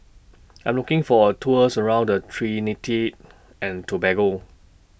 I'm looking For A Tour around Trinidad and Tobago